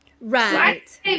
Right